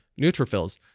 neutrophils